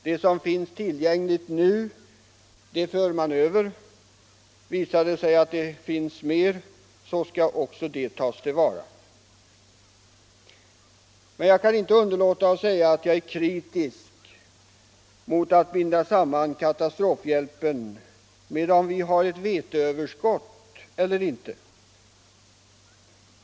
Det som finns tillgängligt nu för man över. Visar det sig att det finns mer skall också det tas till vara. Men jag kan inte underlåta att säga att jag är kritisk mot att binda samman katastrofhjälpen med om vi har ett veteöverskott eller inte.